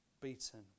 beaten